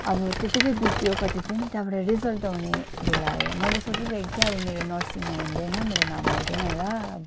अब त्यतिकै बित्यो कति दिन त्यहाँबाट रिजल्ट आउने बेला आयो मैले सोचिसकेको थिएँ अब मेरो नर्सिङमा हुँदैन मेरो नाम आउँदैन होला अब